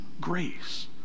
grace